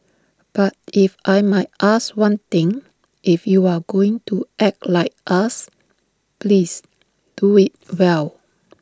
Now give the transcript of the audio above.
but if I might ask one thing if you are going to act like us please do IT well